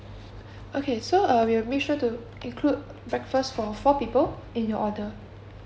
okay so uh we'll make sure to include breakfast for four people in your order